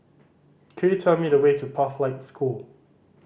could you tell me the way to Pathlight School